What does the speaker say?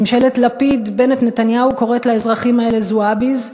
ממשלת לפיד-בנט-נתניהו קוראת לאזרחים האלה "זועביז"